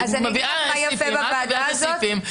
מביאה סעיפים,